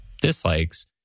dislikes